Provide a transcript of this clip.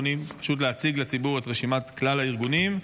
להציג לציבור את רשימת כלל הארגונים,